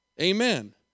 Amen